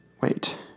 wait